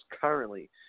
currently